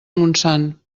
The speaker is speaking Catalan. montsant